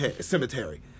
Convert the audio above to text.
cemetery